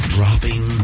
Dropping